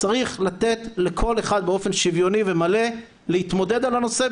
צריך לתת לכל אחד באופן שוויוני ומלא להתמודד על הנושא,